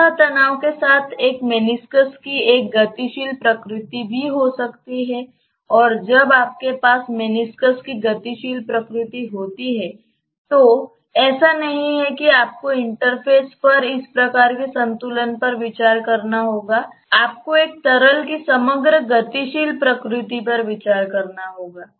सतह तनाव के साथ एक मेंनिस्कस की एक गतिशील प्रकृति भी हो सकती है और जब आपके पास मेंनिस्कस की गतिशील प्रकृति होती है तो ऐसा नहीं है कि आपको इंटरफ़ेस पर इस प्रकार के संतुलन पर विचार करना होगा आपको एक तरल की समग्र गतिशील प्रकृति पर विचार करना होगा